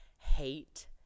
hate